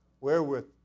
Wherewith